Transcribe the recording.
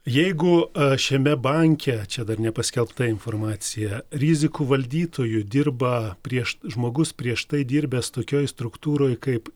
jeigu a šiame banke čia dar nepaskelbta informacija rizikų valdytoju dirba priešt žmogus prieš tai dirbęs tokioj struktūroj kaip